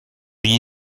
gli